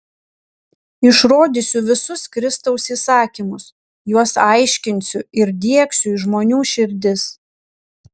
išrodysiu visus kristaus įsakymus juos aiškinsiu ir diegsiu į žmonių širdis